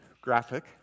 graphic